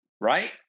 right